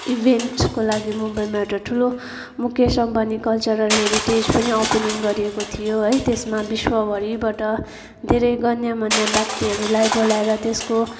ईभेन्टको लागि मुम्बईमा एउटा ठुलो मुकेस अम्बानी कल्चरल हेरिटेज पनि ओपेनिङ् गरिएको थियो है त्यसमा विश्वभरिबाट धेरै गण्यमान्य व्यक्तिहरूलाई बोलाएर त्यसको